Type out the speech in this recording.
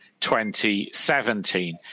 2017